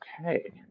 okay